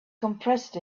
compressed